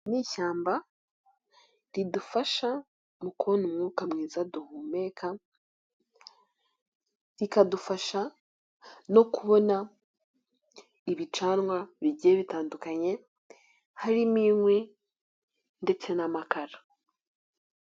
Ishyamba ridufasha mu kubona umwuka mwiza duhumeka rikadufasha no kubona ibicanwa bijyiye bitandukanye harimo: inkwi, amakara...